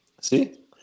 See